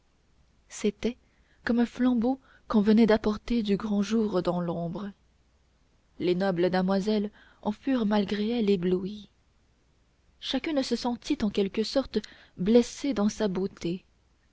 c'était comme un flambeau qu'on venait d'apporter du grand jour dans l'ombre les nobles damoiselles en furent malgré elles éblouies chacune se sentit en quelque sorte blessée dans sa beauté